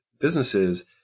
businesses